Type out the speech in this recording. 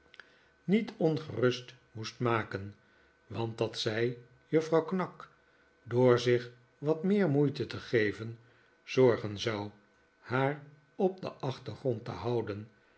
niet ongerust moest maken want dat zij juffrouw knag door zich wat meer moeite te geven zorgen zou haar op den achtergrond te houden